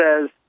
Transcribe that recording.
says